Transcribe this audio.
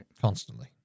Constantly